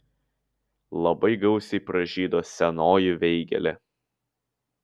labai gausiai pražydo senoji veigelė